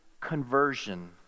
conversion